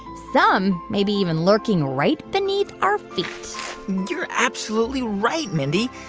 some maybe even lurking right beneath our feet you're absolutely right, mindy.